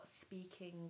speaking